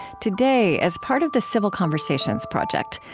today, as part of the civil conversations project,